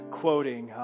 quoting